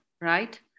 right